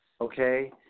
Okay